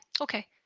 okay